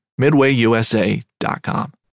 MidwayUSA.com